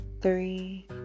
three